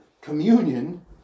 communion